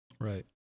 Right